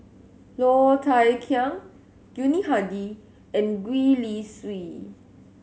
Low Thia Khiang Yuni Hadi and Gwee Li Sui